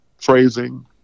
phrasing